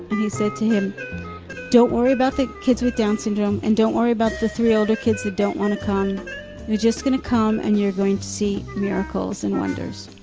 and he said to him don't worry about the kids with down syndrome, and don't worry about the three older kids that don't want to come. you're just gonna come and you are going to see miracles and wonders.